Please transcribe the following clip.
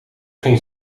geen